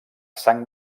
sang